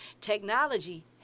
technology